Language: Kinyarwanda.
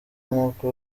nk’uko